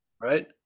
right